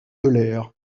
euler